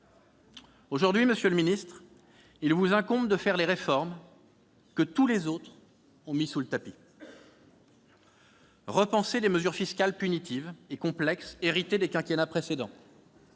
Aujourd'hui, monsieur le ministre, il vous incombe de faire les réformes que tous les autres ont mises sous le tapis : repenser les mesures fiscales punitives et complexes héritées des quinquennats précédents